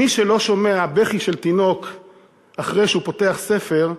מי שלא שומע בכי של תינוק אחרי שהוא פותח ספר,